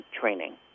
training